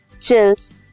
chills